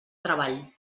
treball